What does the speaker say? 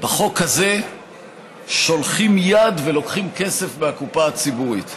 בחוק הזה שולחים יד ולוקחים כסף מהקופה הציבורית?